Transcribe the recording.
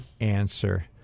answer